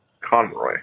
Conroy